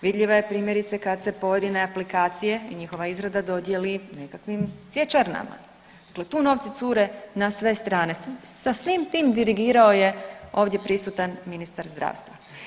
Vidljiva je primjerice, kad se pojedine aplikacije i njihova izrada dodijeli nekakvim cvjećarnama, dakle tu novci cure na sve strane, sa svim tim dirigirao je ovdje prisutan ministar zdravstva.